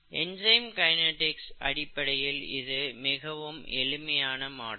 enzyme kinetics அடிப்படையில் இது மிகவும் எளிமையான மாடல்